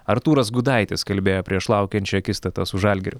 artūras gudaitis kalbėjo prieš laukiančią akistatą su žalgiriu